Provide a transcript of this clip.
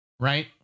Right